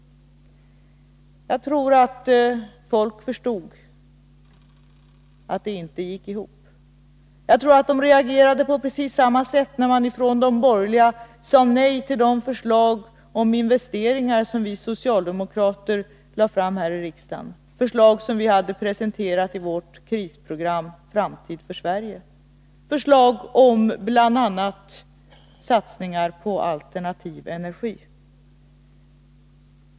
Jag tror att folk förstod att den ekvationen inte gick ihop. Jag tror att de reagerade på precis samma sätt när de borgerliga sade nej till de förslag om investeringar som vi socialdemokrater lade fram här i riksdagen, förslag som vi hade presenterat i vårt krisprogram Framtid för Sverige; förslag om bl.a. satsningar på alternativ energi.